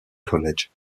college